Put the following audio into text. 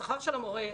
השכר של המורה,